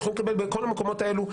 הם יכולים לקבל בכל המקומות האלו.